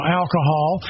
alcohol